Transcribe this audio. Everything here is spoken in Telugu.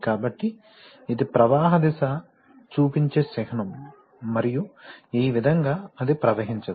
కాబట్టి ఇది ప్రవాహ దిశ చూపించే చిహ్నం మరియు ఈ విధంగా అది ప్రవహించదు